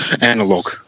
Analog